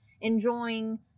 enjoying